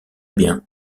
bien